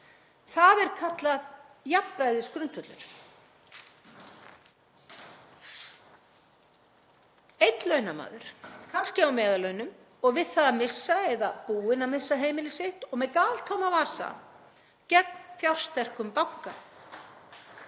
Það er kallað jafnræðisgrundvöllur. — Einn launamaður, kannski á meðallaunum, við það að missa eða búinn að missa heimili sitt og með galtóma vasa, gegn fjársterkum banka.